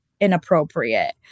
inappropriate